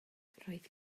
roedd